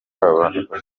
kuburanishwa